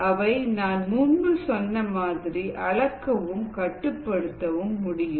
அவை நான் முன்பு சொன்ன மாதிரி அளக்கவும் கட்டுப்படுத்தவும் முடியும்